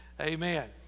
Amen